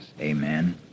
Amen